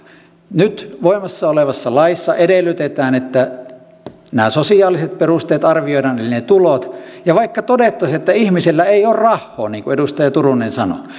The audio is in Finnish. nyt voimassa olevassa laissa edellytetään että nämä sosiaaliset perusteet arvioidaan eli ne tulot ja vaikka todettaisiin että ihmisellä ei oo rahhoo niin kuin edustaja turunen sanoi